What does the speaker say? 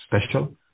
special